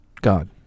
God